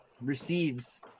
receives